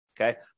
Okay